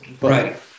Right